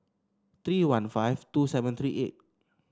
three one five two seven three eight